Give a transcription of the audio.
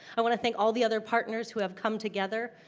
i want to thank all the other partners who have come together.